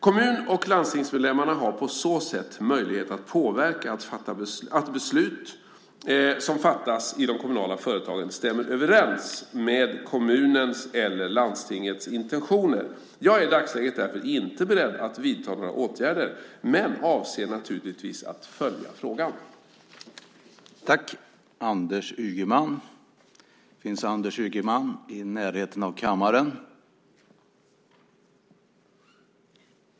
Kommun och landstingsmedlemmarna har på så sätt möjlighet att påverka att beslut som fattas i de kommunala företagen stämmer överens med kommunens eller landstingets intentioner. Jag är i dagsläget därför inte beredd att vidta några åtgärder men avser naturligtvis att följa frågan.